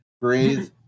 breathe